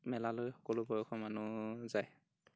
মেলালৈ সকলো বয়সৰ মানুহ যায়